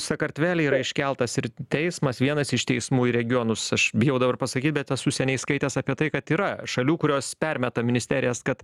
sakartvele yra iškeltas ir teismas vienas iš teismų į regionus aš bijau dabar pasakyt bet esu seniai skaitęs apie tai kad yra šalių kurios permeta ministerijas kad